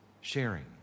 sharing